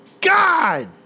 God